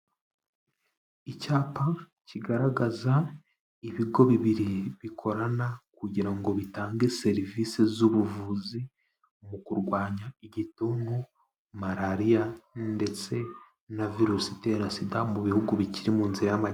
Icyapa kigaragaza ibigo bibiri bikorana kugira ngo bitange serivisi z'ubuvuzi mu kurwanya igituntu, malariya ndetse na virusi itera sida mu bihugu bikiri mu nzira y'ama.